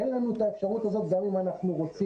אין לנו את האפשרות הזאת גם אם אנחנו רוצים.